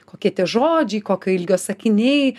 kokie tie žodžiai kokio ilgio sakiniai